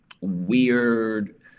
weird